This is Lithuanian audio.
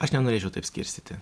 aš nenorėčiau taip skirstyti